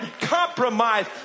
compromise